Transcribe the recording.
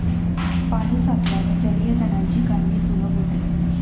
पाणी साचल्याने जलीय तणांची काढणी सुलभ होते